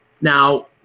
now